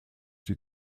die